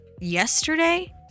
yesterday